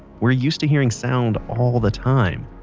we're used to hearing sound all the time.